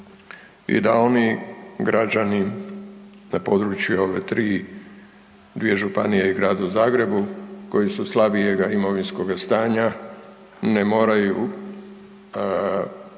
i da oni građani na području ove tri, dvije županije i u gradu Zagrebu koji su slabijega imovinskog stanja, ne moraju izdvajati